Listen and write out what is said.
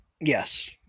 Yes